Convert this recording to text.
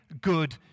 good